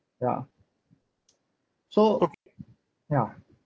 ya so ya